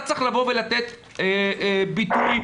אתה צריך לתת ביטוי,